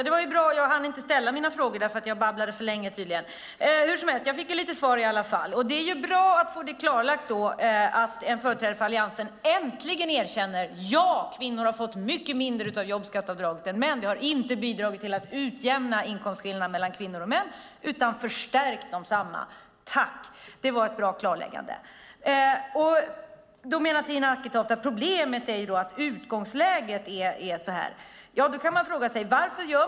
Herr talman! Jag hann inte ställa mina frågor, för jag babblade tydligen för länge. Hur som helst fick jag lite svar i alla fall, och det är bra att få klarlagt att en företrädare för Alliansen äntligen erkänner att ja, kvinnor har fått mycket mindre av jobbskatteavdraget än män. Det har inte bidragit till att utjämna inkomstskillnader mellan kvinnor och män, utan det har förstärkt desamma. Tack! Det var ett bra klarläggande. Tina Acketoft menar att problemet är att utgångsläget är så här.